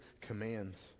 commands